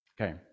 okay